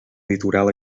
litoral